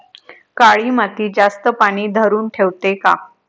काळी माती जास्त पानी धरुन ठेवते का?